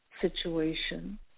situation